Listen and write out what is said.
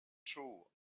true